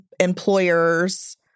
employers